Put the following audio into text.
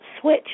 switch